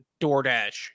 DoorDash